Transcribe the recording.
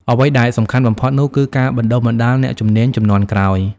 អ្វីដែលសំខាន់បំផុតនោះគឺការបណ្ដុះបណ្ដាលអ្នកជំនាញជំនាន់ក្រោយ។